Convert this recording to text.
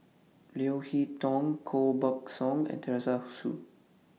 Leo Hee Tong Koh Buck Song and Teresa Hsu